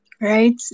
right